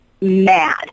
mad